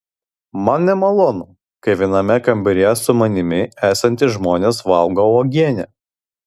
man nemalonu kai viename kambaryje su manimi esantys žmonės valgo uogienę